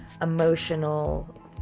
emotional